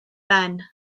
ben